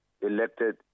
elected